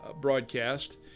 broadcast